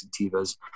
sativas